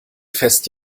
fest